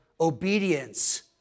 obedience